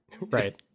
Right